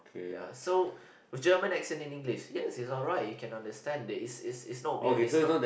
ya so with German accent in English yes is all right you can understand that is is not weird is not